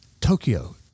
Tokyo